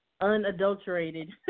unadulterated